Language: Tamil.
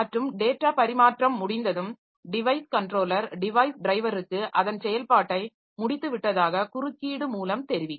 மற்றும் டேட்டா பரிமாற்றம் முடிந்ததும் டிவைஸ் கன்ட்ரோலர் டிவைஸ் டிரைவருக்கு அதன் செயல்பாட்டை முடித்துவிட்டதாக குறுக்கீடு மூலம் தெரிவிக்கும்